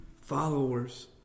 followers